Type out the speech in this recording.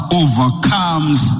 overcomes